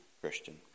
Christian